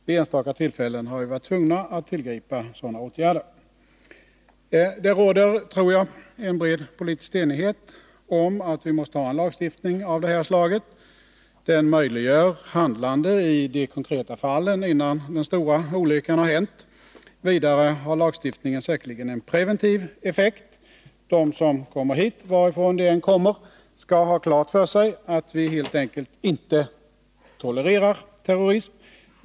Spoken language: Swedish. Vid enstaka tillfällen har vi varit tvungna att tillgripa sådana åtgärder. Det råder, tror jag, en bred politisk enighet om att vi måste ha en lagstiftning av det här slaget. Den möjliggör handlande i de konkreta fallen innan den stora olyckan har hänt. Vidare har lagstiftningen säkerligen en preventiv effekt. De som kommer hit, varifrån de än kommer, skall ha klart för sig att vi helt enkelt inte tolererar terrorism.